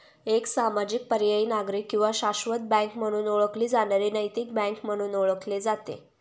एक सामाजिक पर्यायी नागरिक किंवा शाश्वत बँक म्हणून ओळखली जाणारी नैतिक बँक म्हणून ओळखले जाते